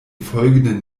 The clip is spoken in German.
folgenden